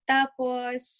Tapos